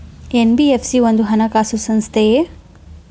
NBFC ಒಂದು ಹಣಕಾಸು ಸಂಸ್ಥೆಯೇ?